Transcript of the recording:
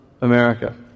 America